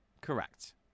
correct